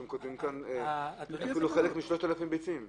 אתם כותבים כאן אפילו חלק מ-3,000 ביצים,